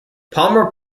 palmer